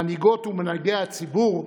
מנהיגות ומנהיגי הציבור,